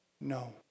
No